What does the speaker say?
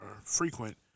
frequent